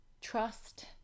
trust